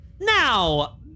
Now